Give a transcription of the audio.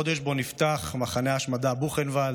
חודש שבו נפתח מחנה ההשמדה בוכנוואלד,